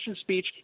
speech